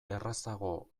errazago